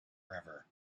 river